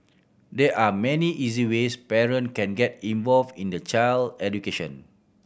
there are many easy ways parent can get involved in their child education